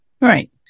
Right